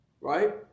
Right